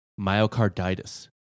Myocarditis